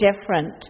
different